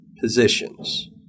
positions